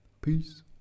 peace